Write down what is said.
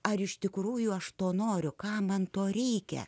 ar iš tikrųjų aš to noriu ką man to reikia